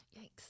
Yikes